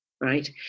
right